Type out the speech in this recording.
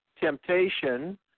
temptation